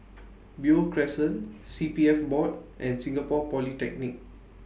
Beo Crescent C P F Board and Singapore Polytechnic